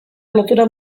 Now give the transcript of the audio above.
lotura